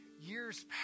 years